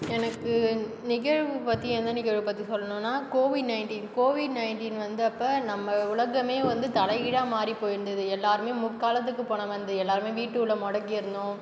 எனக்கு நிகழ்வு பற்றி எந்த நிகழ்வு பற்றி சொல்லணும்னா கோவிட் நயன்டீன் கோவிட் நயன்டீன் வந்தப்போ நம்ம உலகமே வந்து தலைகீழாக மாறிப் போயிருந்தது எல்லாருமே முக்காலத்துக்கு போன மாறியிருந்தது எல்லாருமே வீட்டுக்குள்ளே முடங்கி இருந்தோம்